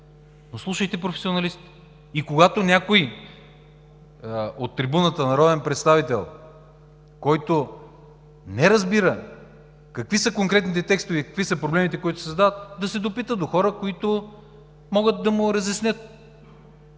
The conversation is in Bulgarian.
Послушайте професионалистите! И когато някой народен представител, който не разбира какви са конкретните текстове и какви са проблемите, които се създават, да се допита до хора, които могат да му разяснят.